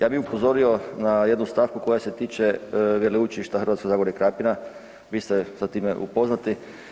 Ja bi upozorio na jednu stavku koja se tiče Veleučilišta Hrvatsko zagorje i Krapina, vi ste sa time upoznati.